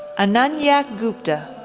ananya gupta,